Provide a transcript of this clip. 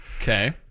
Okay